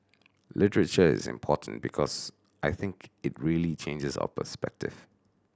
literature is important because I think it really changes our perspective